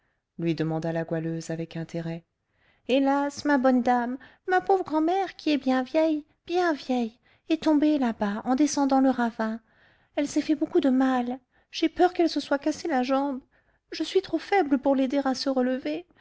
lui demanda la goualeuse avec intérêt hélas ma bonne dame ma pauvre grand'mère qui est bien vieille bien vieille est tombée là-bas en descendant le ravin elle s'est fait beaucoup de mal j'ai peur qu'elle se soit cassé la jambe je suis trop faible pour l'aider à se relever